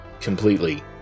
completely